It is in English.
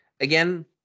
again